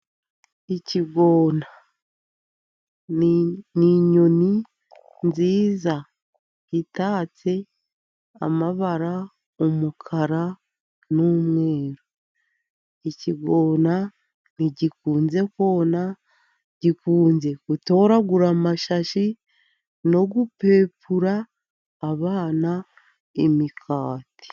Ikigona n'inyoni nziza itatse amabara umukara n'umweru. ikigona ntigikunze kona gikunze gutoragura amashashi no gupepura abana imigati.